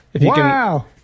Wow